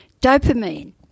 dopamine